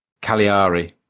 Cagliari